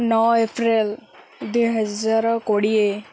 ନଅ ଏପ୍ରିଲ ଦୁଇ ହଜାର କୋଡ଼ିଏ